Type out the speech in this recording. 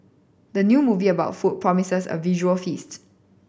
the new movie about food promises a visual feast